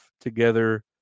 together